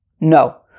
No